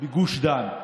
בגוש דן,